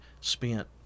spent